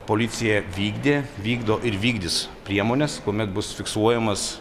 policija vykdė vykdo ir vykdys priemones kuomet bus fiksuojamas